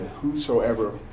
whosoever